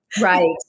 Right